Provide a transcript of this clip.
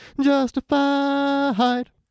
justified